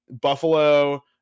Buffalo